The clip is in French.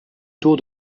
tour